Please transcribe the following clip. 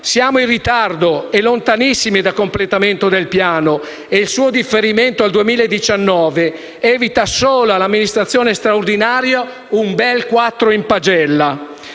Siamo in ritardo e lontanissimi dal completamento del piano e il suo differimento al 2019 evita solo all'amministrazione straordinaria un bel quattro in pagella.